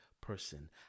person